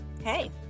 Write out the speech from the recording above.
hey